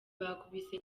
bakubise